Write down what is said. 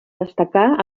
destacar